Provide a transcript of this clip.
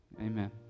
Amen